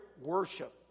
worship